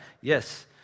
Yes